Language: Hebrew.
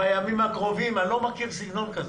"בימים הקרובים" אני לא מכיר סגנון כזה.